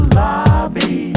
lobby